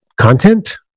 content